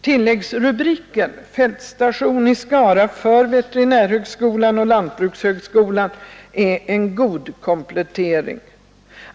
Tilläggsrubriken, Fältstation i Skara för veterinärhögskolan och lantbrukshögskolan, är en god komplettering.